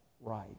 right